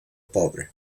pobre